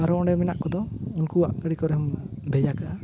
ᱟᱨ ᱦᱚᱸ ᱚᱸᱰᱮ ᱢᱮᱱᱟᱜ ᱠᱚᱫᱚ ᱩᱱᱠᱩᱣᱟᱜ ᱜᱟᱹᱰᱤ ᱠᱚᱨᱮ ᱦᱚᱸ ᱵᱚᱱ ᱵᱷᱮᱡᱟ ᱠᱟᱜ ᱟ